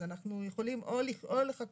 אז אנחנו יכולים או לחכות